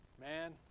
Man